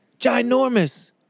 ginormous